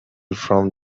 from